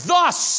Thus